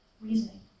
reasoning